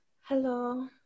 Hello